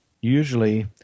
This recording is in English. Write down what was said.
usually